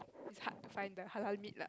it's hard to find the halal meat lah